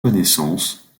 connaissance